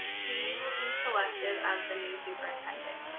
he will be selected as the new superintendent.